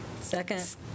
Second